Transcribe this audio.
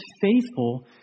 faithful